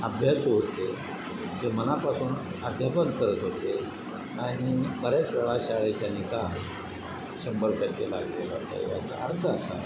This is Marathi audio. अभ्यासू होते ते मनापासून अध्यापन करत होते आणि बऱ्याच वेळा शाळेचा निकाल शंभर टक्के लागते